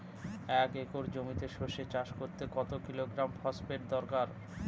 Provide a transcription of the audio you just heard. এক একর জমিতে সরষে চাষ করতে কত কিলোগ্রাম ফসফেট দরকার?